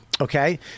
okay